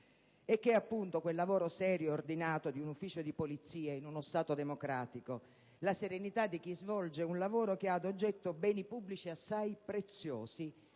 è che - appunto - quel lavoro serio ed ordinato di un ufficio di Polizia in uno Stato democratico e la serenità di chi svolge un lavoro che ha ad oggetto beni pubblici assai preziosi